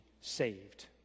saved